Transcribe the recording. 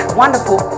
wonderful